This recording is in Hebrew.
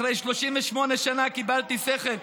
אחרי 38 שנה קיבלתי שכל,